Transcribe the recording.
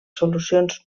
solucions